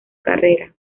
carrera